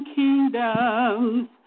kingdoms